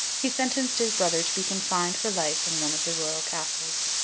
he sentenced his brother to be confined for life in one of the royal castles.